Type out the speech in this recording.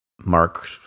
mark